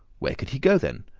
where could he go, then?